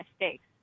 mistakes